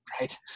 Right